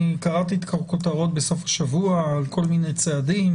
קראתי את הכותרות בסוף השבוע על כל מיני צעדים